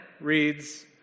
reads